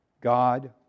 God